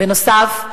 בנוסף,